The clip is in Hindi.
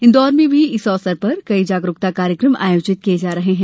इंदौर में भी इस अवसर पर कई जागरूकता कार्यकम आयोजित किये जा रहे हैं